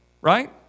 right